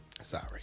Sorry